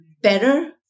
better